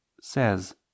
says